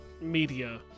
Media